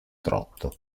trotto